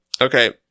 Okay